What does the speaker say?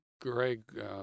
Greg